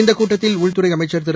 இந்தகூட்டத்தில் உள்துறைஅமைச்சர் திரு